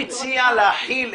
היא נציגת עיריית תל אביב,